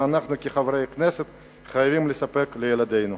שאנחנו כחברי הכנסת חייבים לספק לילדינו.